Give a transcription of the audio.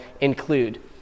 include